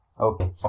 Okay